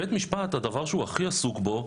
בית משפט הדבר שהוא הכי עסוק בו,